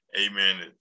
amen